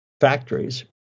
factories